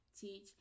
teach